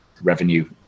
revenue